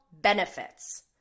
benefits